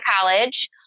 college